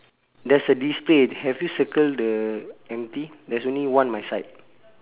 there's a display have you circle the empty there's only one my side